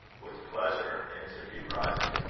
with pleasure, answered hugh, rising.